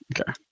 Okay